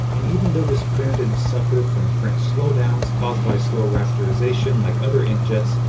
and even though this printer didn't suffer from print slowdowns caused by slow rasterization like other inkjets,